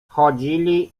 chodzili